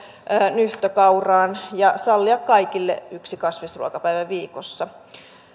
nyhtökauraan ja sallia kaikille yksi kasvisruokapäivä viikossa